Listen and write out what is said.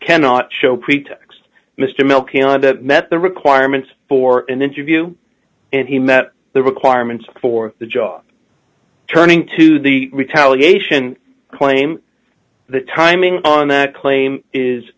cannot show pretax mr melchiondo met the requirements for an interview and he met the requirements for the job turning to the retaliation claim the timing on that claim is